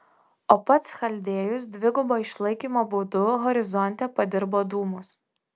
o pats chaldėjus dvigubo išlaikymo būdu horizonte padirbo dūmus